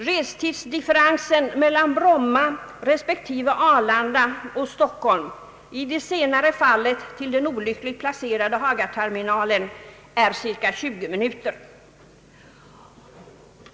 Restidsdifferensen mellan Bromma respektive Arlanda och Stockholm, i det senare fallet till den olyckligt placerade Hagaterminalen, är cirka 20 minuter.